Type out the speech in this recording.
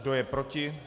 Kdo je proti?